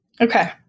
Okay